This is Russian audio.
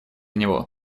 него